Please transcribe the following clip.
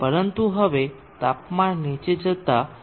પરંતુ હવે તાપમાન નીચે જતા જતા